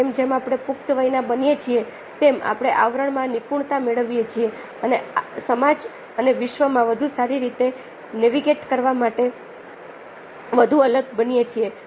અને જેમ જેમ આપણે પુખ્ત વયના બનીએ છીએ તેમ આપણે આવરણ માં નિપુણતા મેળવીએ છીએ અને સમાજ અને વિશ્વમાં વધુ સારી રીતે નેવિગેટ કરવા માટે વધુ અલગ બનીએ છીએ